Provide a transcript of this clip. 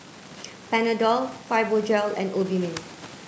Panadol Fibogel and Obimin